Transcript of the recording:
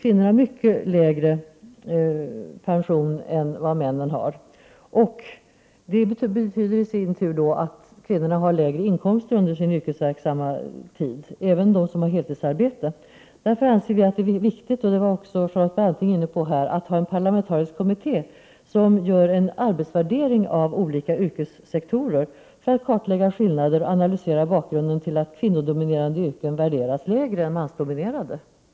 Kvinnor har mycket lägre pensioner än vad män har. Det betyder i sin tur att kvinnorna har lägre inkomster under sin yrkesverksamma tid, även de som har heltidsarbete. Vi anser därför att det är viktigt — Charlotte Branting var också inne på det — att ha en parlamentarisk kommitté som gör en utvärdering av olika yrkessektorer för att kartlägga skillnader och analysera bakgrunden till att kvinnodominerade yrken värderas lägre än mansdominerade.